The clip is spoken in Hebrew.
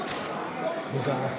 נתקבלה.